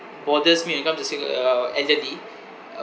bothers me when come to sing~ uh elderly uh